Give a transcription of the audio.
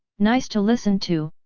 nice to listen to!